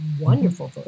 wonderful